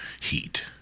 heat